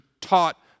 taught